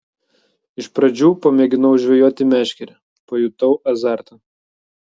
iš pradžių pamėginau žvejoti meškere pajutau azartą